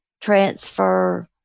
transfer